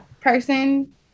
person